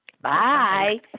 Bye